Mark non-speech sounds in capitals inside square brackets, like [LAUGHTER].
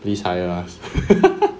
please hire us [LAUGHS]